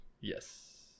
Yes